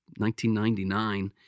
1999